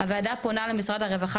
4. הוועדה פונה למשרד הרווחה,